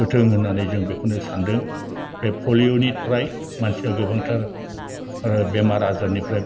होथों होननानै जों बेखौनो सान्दों बे पलिअनिफ्राय मानसिआ गोबांथार आरो बेमार आजारनिफ्राय